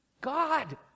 God